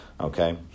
Okay